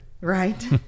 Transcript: Right